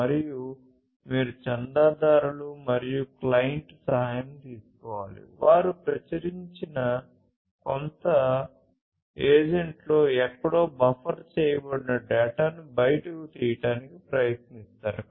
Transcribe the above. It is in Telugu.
మరియు మీరు చందాదారులు మరియు క్లయింట్ల సహాయం తీసుకోవాలి వారు ప్రచురించిన కొంత ఏజెంట్లో ఎక్కడో బఫర్ చేయబడిన డేటాను బయటకు తీయడానికి ప్రయత్నిస్తారు